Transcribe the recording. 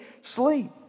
sleep